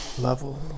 Level